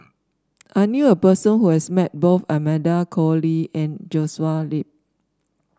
I knew a person who has met both Amanda Koe Lee and Joshua Ip